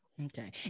Okay